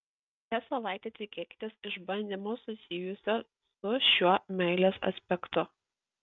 šią savaitę tikėkitės išbandymo susijusio su šiuo meilės aspektu